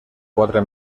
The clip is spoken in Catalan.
quatre